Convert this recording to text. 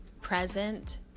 present